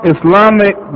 Islamic